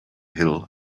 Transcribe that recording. hill